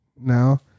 now